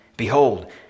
Behold